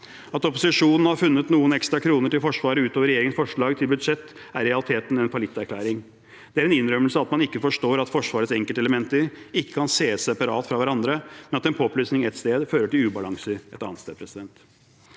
At opposisjonen har funnet noen ekstra kroner til Forsvaret utover regjeringens forslag til budsjett, er i realiteten en fallitterklæring. Det er en innrømmelse av at man ikke forstår at Forsvarets enkeltelementer ikke kan ses separat fra hverandre, men at en påplussing ett sted fører til ubalanser et annet sted. Neste